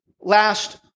last